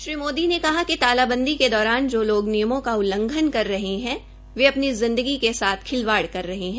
श्री मोदी ने कहा कि तालाबंदी के दौरान जो लोग नियमों का उल्लंघन कर रहे है वे अपनी जिंदगी के साथ खिलवाड़ कर रहे है